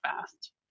fast